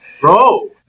Bro